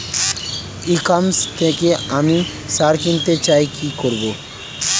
ই commerce থেকে আমি সার কিনতে চাই কি করব?